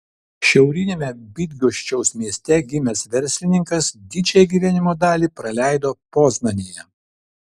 šiauriniame bydgoščiaus mieste gimęs verslininkas didžiąją gyvenimo dalį praleido poznanėje